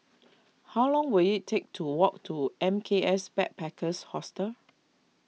how long will it take to walk to M K S Backpackers Hostel